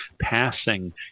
passing